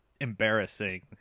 embarrassing